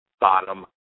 Bottom